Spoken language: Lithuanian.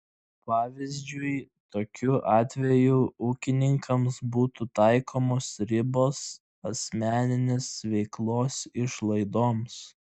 pavyzdžiui tokiu atveju ūkininkams būtų taikomos ribos asmeninės veiklos išlaidoms